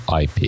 IP